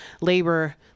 labor